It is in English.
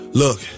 look